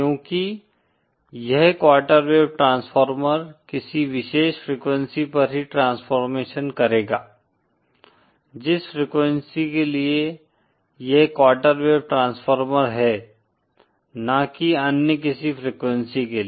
क्योंकि यह quarter wave transformer किसी विशेष फ्रीक्वेंसी पर ही ट्रांसफॉर्मेशन करेगा जिस फ्रीक्वेंसी के लिए यह क्वॉर्टर वेव ट्रांसफॉर्मर है न कि अन्य किसी फ्रीक्वेंसी के लिए